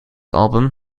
album